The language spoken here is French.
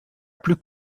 plus